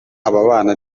ababana